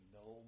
no